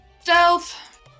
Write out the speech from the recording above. Stealth